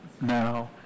now